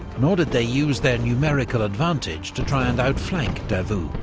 nor did they use their numerical advantage to try and outflank davout.